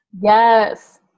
yes